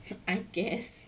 I guess